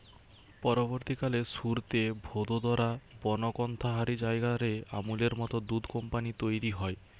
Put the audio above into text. পরবর্তীকালে সুরতে, ভাদোদরা, বনস্কন্থা হারি জায়গা রে আমূলের মত দুধ কম্পানী তইরি হয়